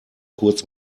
kurz